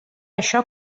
això